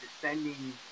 descending